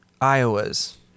Iowa's